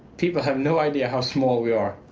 people have no idea how small we are.